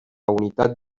unitat